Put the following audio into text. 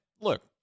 Look